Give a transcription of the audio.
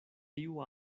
tiu